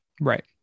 Right